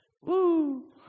Woo